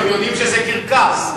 הם יודעים שזה קרקס,